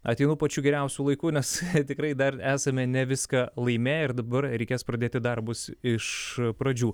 atvyko pačiu geriausiu laiku nes tikrai dar esame ne viską laimėję ir dabar reikės pradėti darbus iš pradžių